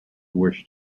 wish